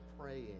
praying